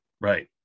right